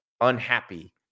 unhappy